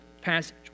passage